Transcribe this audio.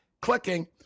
clicking